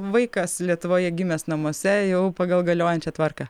vaikas lietuvoje gimęs namuose jau pagal galiojančią tvarką